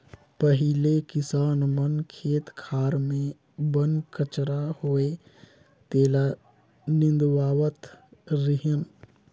पहिले किसान मन खेत खार मे बन कचरा होवे तेला निंदवावत रिहन